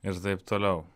ir taip toliau